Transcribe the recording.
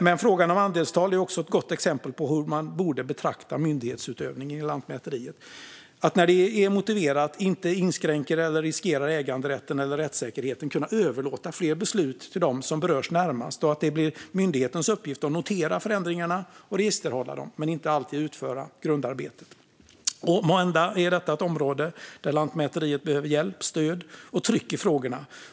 Men frågan om andelstal är också ett gott exempel på hur man borde betrakta myndighetsutövningen i Lantmäteriet. Det handlar om att, när det är motiverat och inte inskränker eller riskerar äganderätten eller rättssäkerheten, kunna överlåta fler beslut till de närmast berörda och om att det blir myndighetens uppgift att notera förändringarna och registerhålla dem men inte alltid att utföra grundarbetet. Måhända är detta ett område där Lantmäteriet behöver hjälp, stöd och tryck i frågorna.